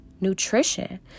nutrition